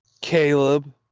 Caleb